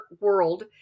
world